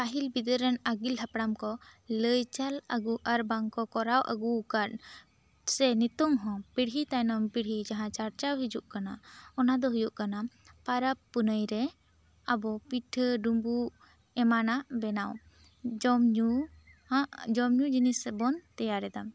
ᱯᱟᱹᱦᱤᱞ ᱵᱤᱫᱟᱹᱞ ᱨᱮᱱ ᱟᱹᱜᱤᱞ ᱯᱦᱟᱯᱲᱟᱢ ᱠᱚ ᱞᱟᱹᱭ ᱪᱟᱞ ᱟᱹᱜᱩ ᱟᱨ ᱵᱟᱝ ᱠᱚ ᱠᱚᱨᱟᱣ ᱟᱹᱜᱩ ᱣᱟᱠᱟᱫ ᱥᱮ ᱧᱩᱛᱩᱢ ᱦᱚᱸ ᱯᱤᱲᱦᱤ ᱛᱟᱭᱱᱚᱢ ᱯᱤᱲᱦᱤ ᱡᱟᱦᱟᱱ ᱪᱟᱨᱪᱟᱣ ᱦᱤᱡᱩᱜ ᱠᱟᱱᱟ ᱚᱱᱟ ᱫᱚ ᱦᱩᱭᱩᱜ ᱠᱟᱱᱟ ᱯᱟᱨᱟᱵᱽ ᱯᱩᱱᱟᱹᱭ ᱨᱮ ᱟᱵᱚ ᱯᱤᱴᱷᱟᱹ ᱰᱩᱢᱵᱩᱜ ᱮᱢᱟᱱᱟᱜ ᱵᱮᱱᱟᱣ ᱡᱚᱢ ᱧᱩᱸ ᱦᱟᱜ ᱡᱚᱢ ᱧᱩᱸ ᱡᱤᱱᱤᱥ ᱵᱚᱱ ᱛᱮᱭᱟᱨ ᱮᱫᱟ